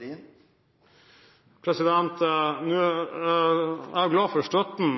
Jeg er glad for støtten